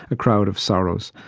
a crowd of sorrows,